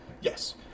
Yes